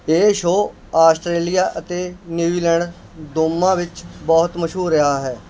ਇਹ show Australia ਅਤੇ New Zealand ਦੋਵਾਂ ਵਿੱਚ ਬਹੁਤ ਮਸ਼ਹੂਰ ਰਿਹਾ ਹੈ